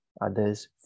others